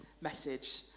message